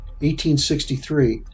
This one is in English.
1863